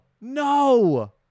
no